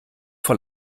vor